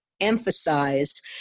emphasize